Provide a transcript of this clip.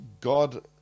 God